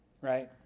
right